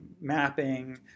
mapping